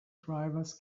drivers